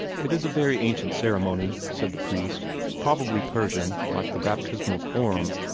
it is a very ancient ceremony, said the priest probably persian, like the baptismal form,